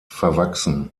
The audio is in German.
verwachsen